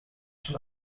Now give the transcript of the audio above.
schon